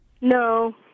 No